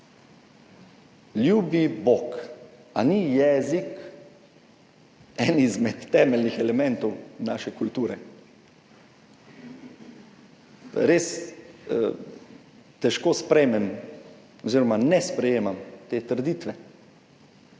Ljubi bog, ali ni jezik eden izmed temeljnih elementov naše kulture? Res težko sprejmem oziroma ne sprejemam te trditve,